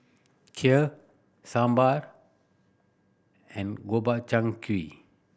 Kheer Sambar and Gobchang Gui